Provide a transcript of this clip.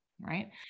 Right